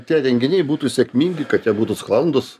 tie renginiai būtų sėkmingi kad jie būtų sklandūs